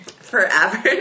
Forever